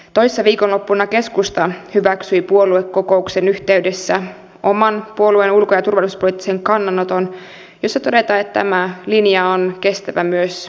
toissa viikonloppuna keskusta hyväksyi puoluekokouksen yhteydessä oman puolueen ulko ja turvallisuuspoliittisen kannanoton jossa todetaan että tämä linja on kestävä myös lähivuosille